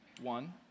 One